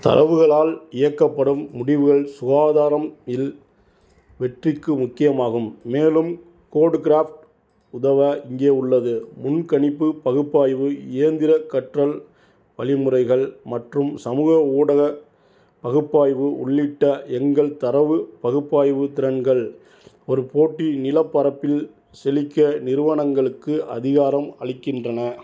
தரவுகளால் இயக்கப்படும் முடிவுகள் சுகாதாரம் இல் வெற்றிக்கு முக்கியமாகும் மேலும் கோடுக்ராஃப்ட் உதவ இங்கே உள்ளது முன்கணிப்பு பகுப்பாய்வு இயந்திர கற்றல் வழிமுறைகள் மற்றும் சமூக ஊடக பகுப்பாய்வு உள்ளிட்ட எங்கள் தரவு பகுப்பாய்வுத் திறன்கள் ஒரு போட்டி நிலப்பரப்பில் செழிக்க நிறுவனங்களுக்கு அதிகாரம் அளிக்கின்றன